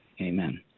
amen